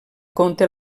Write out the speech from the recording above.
compte